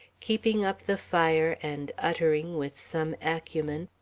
keeping up the fire and uttering, with some acumen,